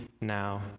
now